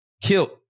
killed